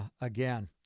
Again